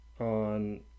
on